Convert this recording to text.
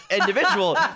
individual